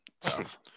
tough